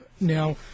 now